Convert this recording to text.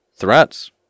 Threats